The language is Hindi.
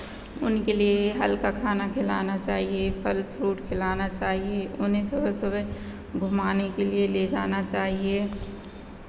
उनके लिए हल्का खाना खिलाना चाहिए फल फ्रूट खिलाना चाहिए उन्हें सुबह सुबह घुमाने के लिए ले जाना चाहिए